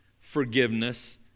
forgiveness